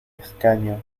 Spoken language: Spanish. escaño